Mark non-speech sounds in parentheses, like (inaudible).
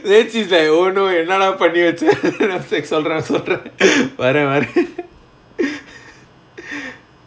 then she's like oh no என்னடா பண்ணி வச்ச:ennada panni vacha (laughs) சரி சொல்ற சொல்ற வர வர:sari solra solra vara vara (laughs)